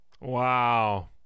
Wow